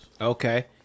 okay